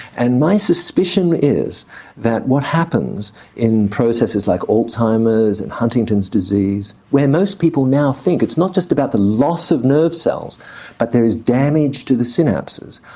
and my suspicion is that what happens in processes like alzheimer's and huntington's disease, where most people now think it's not just about the loss of nerve cells but there is damage to the synapses.